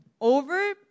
Over